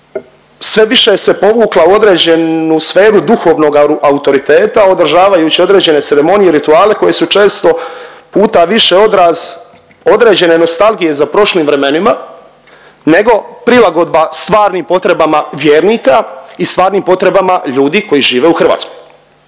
sve više se povukla u određenu sferu duhovnog autoriteta održavajući određene ceremonije i rituale koji su često puta više odraz određene nostalgije za prošlim vremenima nego prilagodba stvarnim potrebama vjernika i stvarnim potrebama ljudi koji žive u Hrvatskoj.